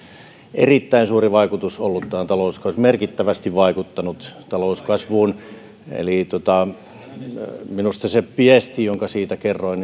erittäin suuri vaikutus ollut tähän talouskasvuun merkittävästi vaikuttanut talouskasvuun minusta se viesti jonka siitä kerroin